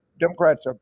Democrats